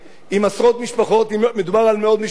עם עשרות משפחות, מדובר על מאות משפחות.